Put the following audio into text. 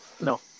No